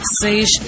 seis